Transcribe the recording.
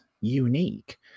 unique